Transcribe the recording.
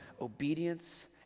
obedience